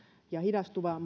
ja hidastuva